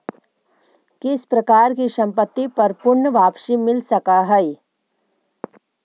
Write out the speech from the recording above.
किस प्रकार की संपत्ति पर पूर्ण वापसी मिल सकअ हई